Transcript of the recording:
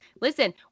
Listen